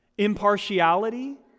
Impartiality